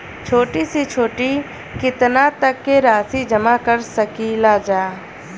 छोटी से छोटी कितना तक के राशि जमा कर सकीलाजा?